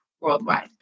worldwide